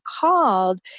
called